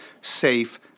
safe